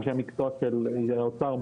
אנשי המקצוע של האוצר,